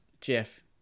Jeff